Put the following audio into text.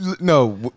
No